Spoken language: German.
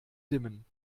dimmen